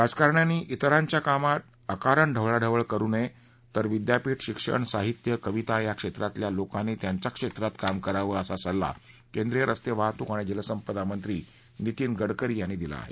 राजकारण्यांनी इतरांच्या कामात अकारण ढवळाढवळ करू नये तर विद्यापीठ शिक्षण साहित्य कविता या क्षेत्रातल्या लोकांनी त्यांच्याच क्षेत्रात काम करावे असा सल्ला केंद्रीय रस्ते वाहतूक आणि जलसंपदा मंत्री नितीन गडकरी यांनी दिला आहे